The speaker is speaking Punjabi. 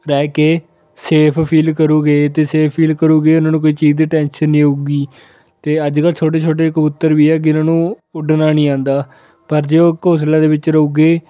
ਰਹਿ ਕੇ ਸੇਫ ਫੀਲ ਕਰੂਗੇ ਅਤੇ ਸੇਫ ਫੀਲ ਕਰੂਗੇ ਉਹਨਾਂ ਨੂੰ ਕੋਈ ਚੀਜ਼ ਦੀ ਟੈਂਸ਼ਨ ਨਹੀਂ ਹੋਊਗੀ ਅਤੇ ਅੱਜ ਕੱਲ੍ਹ ਛੋਟੇ ਛੋਟੇ ਕਬੂਤਰ ਵੀ ਆ ਜਿਨ੍ਹਾਂ ਨੂੰ ਉੱਡਣਾ ਨਹੀਂ ਆਉਂਦਾ ਪਰ ਜੇ ਉਹ ਘੋਂਸਲੇ ਦੇ ਵਿੱਚ ਰਹੂਗੇ